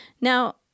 Now